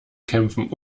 kämpfen